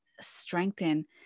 strengthen